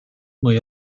mwy